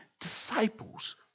disciples